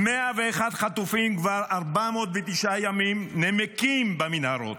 101 חטופים כבר 409 ימים נמקים במנהרות,